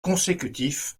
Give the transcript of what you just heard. consécutif